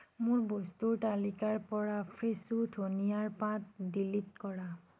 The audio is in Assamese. মোৰ বস্তুৰ তালিকাৰ পৰা ফ্ৰেছো ধনীয়াৰ পাত ডিলিট কৰা